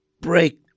break